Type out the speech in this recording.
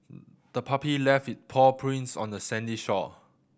the puppy left its paw prints on the sandy shore